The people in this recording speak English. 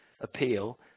appeal